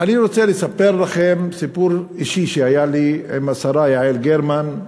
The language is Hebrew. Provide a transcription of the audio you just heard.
אני רוצה לספר לכם סיפור אישי שהיה לי עם השרה יעל גרמן,